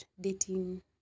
dating